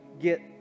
get